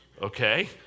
Okay